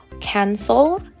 cancel